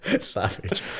savage